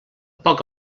poc